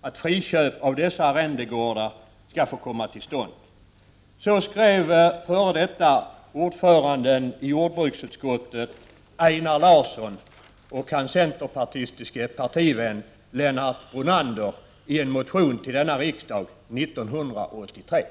att friköp av dessa arrendegårdar skall få komma till stånd. Så skrev f.d. ordföranden i jordbruksutskottet Einar Larsson och hans centerpartistiske partivän Lennart Brunander i en motion till denna riksdag 1983.